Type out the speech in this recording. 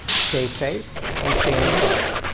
stay safe and stay informed.